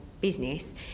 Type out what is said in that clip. business